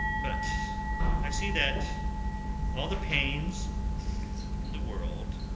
but i see that all the pains in the world,